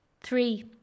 Three